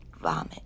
Vomit